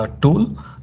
tool